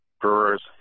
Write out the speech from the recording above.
Brewer's